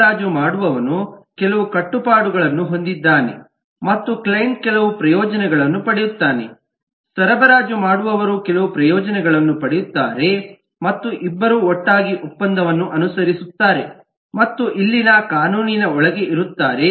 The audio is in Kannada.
ಸರಬರಾಜು ಮಾಡುವವನು ಕೆಲವು ಕಟ್ಟುಪಾಡುಗಳನ್ನು ಹೊಂದಿದ್ದಾನೆ ಮತ್ತು ಕ್ಲೈಂಟ್ ಕೆಲವು ಪ್ರಯೋಜನಗಳನ್ನು ಪಡೆಯುತ್ತಾನೆ ಸರಬರಾಜು ಮಾಡುವವರು ಕೆಲವು ಪ್ರಯೋಜನಗಳನ್ನು ಪಡೆಯುತ್ತಾರೆ ಮತ್ತು ಇಬ್ಬರೂ ಒಟ್ಟಾಗಿ ಒಪ್ಪಂದವನ್ನು ಅನುಸರಿಸುತ್ತಾರೆ ಮತ್ತು ಇಲ್ಲಿನ ಕಾನೂನಿನೊಳಗೆ ಇರುತ್ತಾರೆ